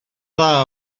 dda